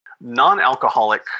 Non-alcoholic